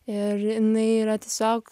ir jinai yra tiesiog